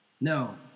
No